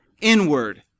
inward